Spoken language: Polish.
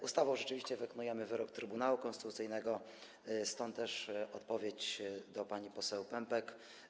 Ustawą rzeczywiście wykonujemy wyrok Trybunału Konstytucyjnego, stąd też odpowiedź dla pani poseł Pępek.